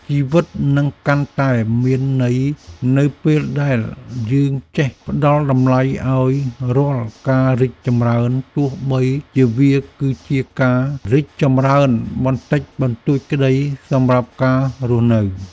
ជីវិតនឹងកាន់តែមានន័យនៅពេលដែលយើងចេះផ្ដល់តម្លៃឱ្យរាល់ការរីកចម្រើនទោះបីជាវាគឺជាការរីកចម្រើនបន្តិចបន្តួចក្តីសម្រាប់ការរស់នៅ។